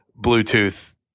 Bluetooth